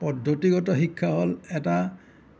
পদ্ধতিগত শিক্ষা হ'ল এটা